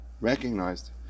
recognized